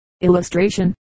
Illustration